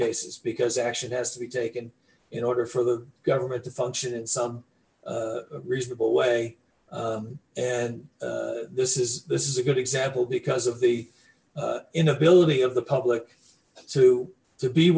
cases because action has to be taken in order for the government to function in some reasonable way and this is this is a good example because of the inability of the public to to be